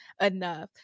enough